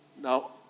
Now